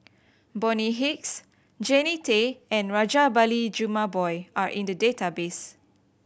Bonny Hicks Jannie Tay and Rajabali Jumabhoy are in the database